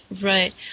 right